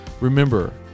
remember